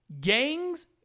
Gangs